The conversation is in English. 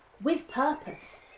with purpose.